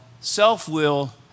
self-will